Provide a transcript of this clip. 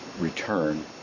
return